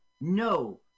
No